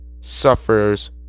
suffers